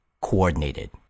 Coordinated